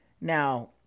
Now